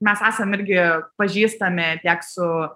mes esam irgi pažįstami tiek su